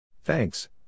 Thanks